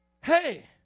hey